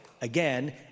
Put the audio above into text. again